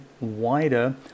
wider